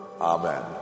Amen